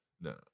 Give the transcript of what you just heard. No